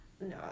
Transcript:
no